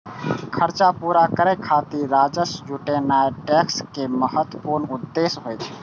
खर्च पूरा करै खातिर राजस्व जुटेनाय टैक्स के महत्वपूर्ण उद्देश्य होइ छै